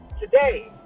today